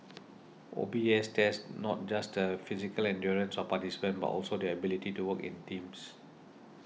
O B S tests not just the physical endurance of participants but also their ability to work in teams